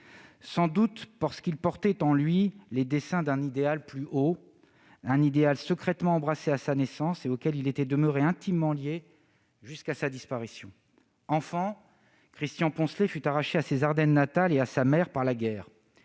sans doute parce qu'il portait en lui les desseins d'un idéal plus haut, un idéal secrètement embrassé à sa naissance et auquel il était demeuré intimement lié jusqu'à sa disparition. Enfant, Christian Poncelet fut arraché à ses Ardennes natales et à sa mère par la guerre.